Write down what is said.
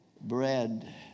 bread